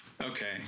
okay